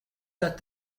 set